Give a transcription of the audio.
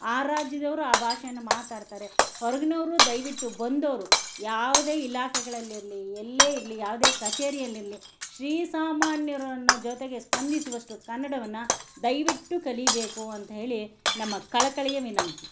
ಆ ರಾಜ್ಯದವರು ಆ ಭಾಷೆಯನ್ನು ಮಾತಾಡ್ತಾರೆ ಹೊರಗ್ನವ್ರು ದಯವಿಟ್ಟು ಬಂದೋರು ಯಾವುದೇ ಇಲಾಖೆಗಳಲ್ಲಿರಲಿ ಎಲ್ಲೇ ಇರಲಿ ಯಾವುದೇ ಕಚೇರಿಯಲ್ಲಿರಲಿ ಶ್ರೀಸಾಮಾನ್ಯರನ್ನು ಜೊತೆಗೆ ಸ್ಪಂದಿಸುವಷ್ಟು ಕನ್ನಡವನ್ನು ದಯವಿಟ್ಟು ಕಲಿಬೇಕು ಅಂತ ಹೇಳಿ ನಮ್ಮ ಕಳಕಳಿಯ ವಿನಂತಿ